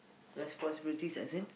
responsibilities as in